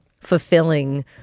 fulfilling